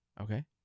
Okay